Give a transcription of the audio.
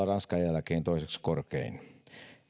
ranskan jälkeen toiseksi korkein